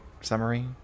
summary